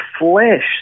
flesh